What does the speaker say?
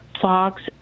Fox